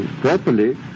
properly